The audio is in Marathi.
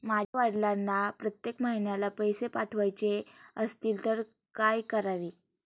माझ्या वडिलांना प्रत्येक महिन्याला पैसे पाठवायचे असतील तर काय करावे?